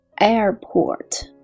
Airport